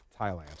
Thailand